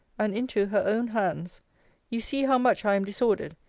and into her own hands you see how much i am disordered.